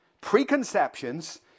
preconceptions